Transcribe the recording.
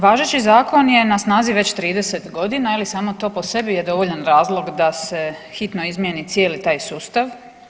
Važeći zakon je na snazi već 30 godina i samo to po sebi je dovoljan razlog da se hitno izmijeni cijeli taj sustav.